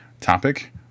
topic